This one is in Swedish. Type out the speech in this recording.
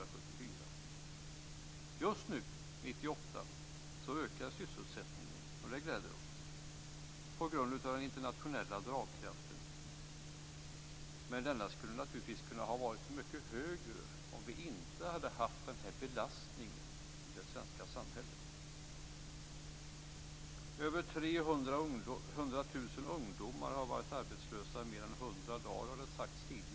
Just nu, 1998, ökar sysselsättningen, och det gläder oss, på grund av den internationella dragkraften men den skulle naturligtvis ha kunnat vara mycket högre om vi inte hade haft den här belastningen i det svenska samhället. Drygt 300 000 ungdomar har varit arbetslösa i mer än 100 dagar, har det tidigare sagts.